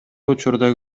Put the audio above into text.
учурда